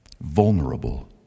Vulnerable